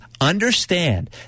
understand